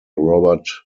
robert